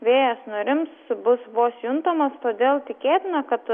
vėjas nurims bus vos juntamas todėl tikėtina kad